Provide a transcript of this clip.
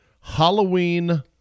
Halloween